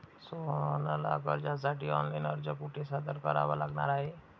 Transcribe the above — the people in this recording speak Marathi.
सोहनला कर्जासाठी ऑनलाइन अर्ज कुठे सादर करावा लागणार आहे?